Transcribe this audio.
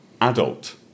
adult